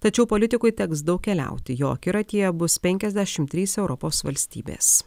tačiau politikui teks daug keliauti jo akiratyje bus penkiasdešimt trys europos valstybės